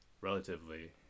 relatively